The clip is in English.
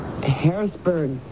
Harrisburg